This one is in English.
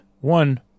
one